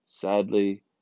sadly